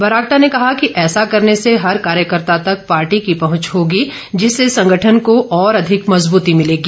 बरागटा ने कहा कि ऐसा करने से हर कार्यकर्ता तक पार्टी की पहच होगी जिससे संगठन को और अधिक मज़बूती मिलेगी